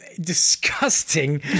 disgusting